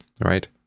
Right